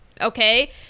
Okay